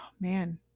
man